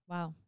Wow